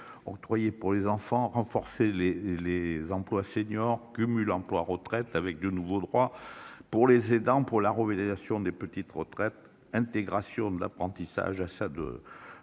Travaillé pour les enfants. Renforcer les les employes seniors cumul emploi-retraite avec de nouveaux droits pour les aidants pour la revalorisation des petites retraites intégration de l'apprentissage a ça de